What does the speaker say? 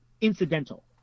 incidental